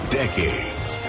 decades